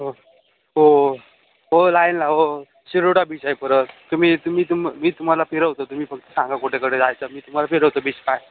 ओ हो लाईनला हो शिरोडा बीच आहे परत तुम्ही तुम्ही तुम मी तुम्हाला फिरवतो तुम्ही फक्त सांगा कुठेकडे जायचं मी तुम्हाला फिरवतो बीश पाय